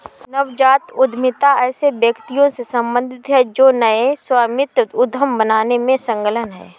नवजात उद्यमिता ऐसे व्यक्तियों से सम्बंधित है जो नए सह स्वामित्व उद्यम बनाने में संलग्न हैं